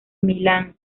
milán